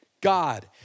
God